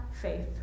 faith